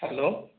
hello